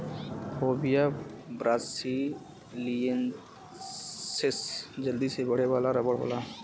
Hevea brasiliensis जल्दी से बढ़े वाला रबर होला